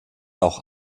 auch